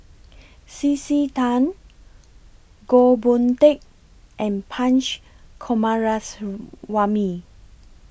C C Tan Goh Boon Teck and Punch Coomaraswamy